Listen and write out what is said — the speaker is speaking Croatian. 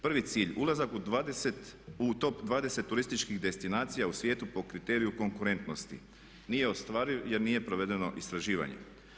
Prvi cilj - ulazak u top 20 turističkih destinacija u svijetu po kriteriju konkurentnosti, nije ostvariv jer nije provedeno istraživanje.